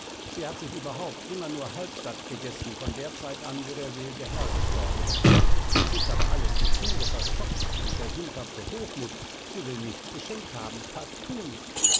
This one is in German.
sie hat sich überhaupt immer nur halb sattgegessen von der zeit an wo der sel'ge herr gestorben ist das ist aber alles die pure verstocktheit und der sündhafte hochmut sie will nichts geschenkt haben partout nicht